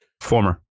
Former